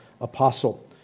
apostle